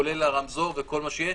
כולל הרמזור וכל מה שיהיה,